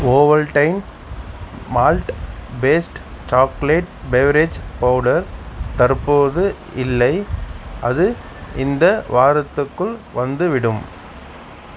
oval time malt based chocolate beverage powder தற்போது இல்லை அது இந்த வாரத்துக்குள் வந்துவிடும்